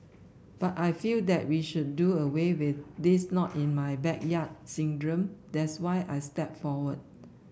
but I feel that we should do away with this not in my backyard syndrome that's why I stepped forward